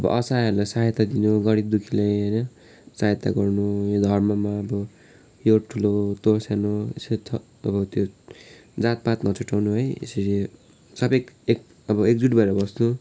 अब असहायहरूलाई सहायता दिनु गरिब दुःखीलाई होइन सहायता गर्नु यो धर्ममा अब यो ठुलो तँ सानो यसरी थ तपाईँको त्यो जातपात नछुट्याउनु है यसरी सबै एक अब एकजुट भएर बस्नु